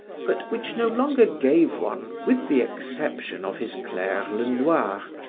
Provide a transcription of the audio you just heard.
but which no longer gave one, with the exception of his claire lenoir,